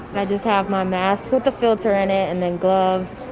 i just have my mask with a filter in it and then gloves,